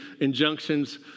injunctions